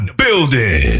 building